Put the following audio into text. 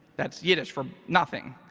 that's yiddish for nothing.